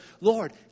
Lord